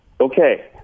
Okay